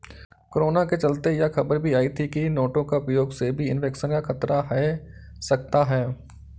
corona के चलते यह खबर भी आई थी की नोटों के उपयोग से भी इन्फेक्शन का खतरा है सकता है